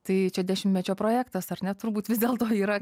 tai čia dešimtmečio projektas ar ne turbūt vis dėlto yra